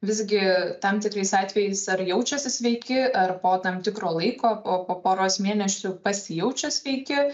visgi tam tikrais atvejais ar jaučiasi sveiki ar po tam tikro laiko o po poros mėnesių pasijaučia sveiki